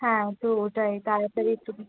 হ্যাঁ তো ওটাই তাড়াতাড়ি একটু